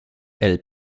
elle